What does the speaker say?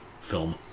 film